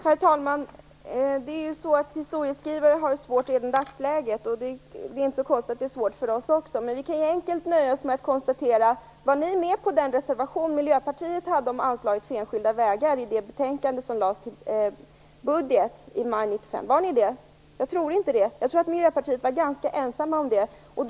Herr talman! Historieskrivare har ju svårigheter även i dagsläget, och det är inte så konstigt. Det är svårt för oss också. Men vi kan ju enkelt nöja oss med att konstatera att ni inte stod bakom Miljöpartiets reservation om enskilda vägar i det budgetbetänkande som lades fram i maj 1995. Gjorde ni det? Jag tror inte det. Jag tror att Miljöpartiet var ensamt om reservationen.